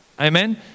Amen